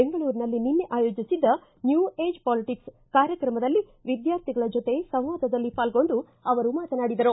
ಬೆಂಗಳೂರಿನಲ್ಲಿ ನಿನ್ನೆ ಆಯೋಜಿಸಿದ್ದ ನ್ಮೂ ಏಜ್ ಪಾಲಿಟಿಕ್ಸ್ ಕಾರ್ಯಕ್ರಮದಲ್ಲಿ ವಿದ್ಯಾರ್ಥಿಗಳ ಜೊತೆ ಸಂವಾದದಲ್ಲಿ ಪಾಲ್ಗೊಂಡು ಅವರು ಮಾತನಾಡಿದರು